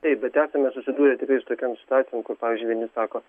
taip bet esame susidūrę su tokiom situacijom kur pavyzdžiui vieni sako